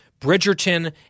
Bridgerton